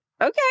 Okay